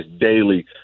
daily